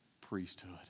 priesthood